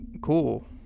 cool